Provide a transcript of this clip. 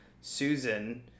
Susan